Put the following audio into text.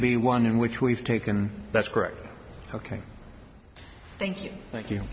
be one in which we've taken that's correct ok thank you thank you